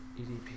EDP